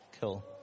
Cool